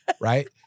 right